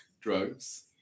drugs